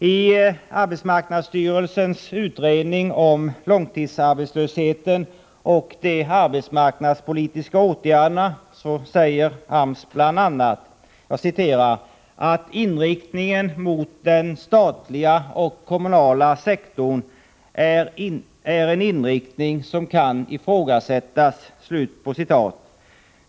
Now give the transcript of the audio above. I arbetsmarknadsstyrelsens utredning om långtidsarbetslösheten och de arbetsmarknadspolitiska åtgärderna sägs bl.a. att ”inriktningen mot den statliga och kommunala sektorn är en inriktning som kan ifrågasättas”.